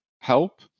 help